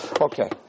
Okay